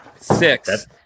Six